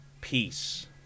Peace